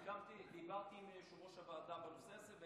דיברתי עם יושב-ראש הוועדה בנושא הזה,